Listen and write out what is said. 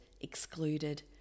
excluded